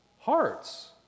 hearts